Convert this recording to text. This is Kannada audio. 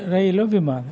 ರೈಲು ವಿಮಾನ